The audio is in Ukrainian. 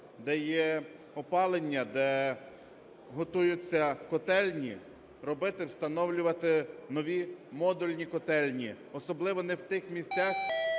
де є опалення, де готуються котельні, робити, встановлювати нові модульні котельні. Особливо не в тих місцях,